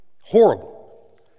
Horrible